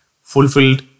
fulfilled